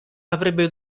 avrebbe